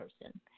person